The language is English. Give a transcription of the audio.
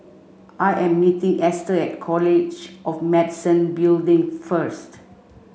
I am meeting Ester at College of Medicine Building first